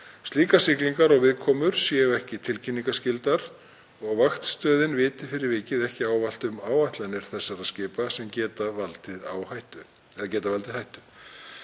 Slíkar siglingar og viðkomur séu ekki tilkynningarskyldar og vaktstöðin viti fyrir vikið ekki ávallt um áætlanir þessara skipa sem geti valdið hættu.